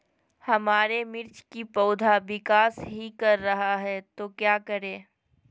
हमारे मिर्च कि पौधा विकास ही कर रहा है तो क्या करे?